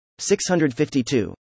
652